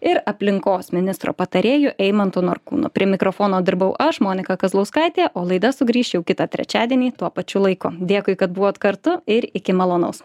ir aplinkos ministro patarėju eimantu norkūnu prie mikrofono dirbau aš monika kazlauskaitė o laida sugrįš jau kitą trečiadienį tuo pačiu laiku dėkui kad buvot kartu ir iki malonaus